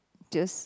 just